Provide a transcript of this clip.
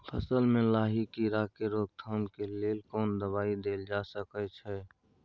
फसल में लाही कीरा के रोकथाम के लेल कोन दवाई देल जा सके छै?